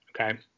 okay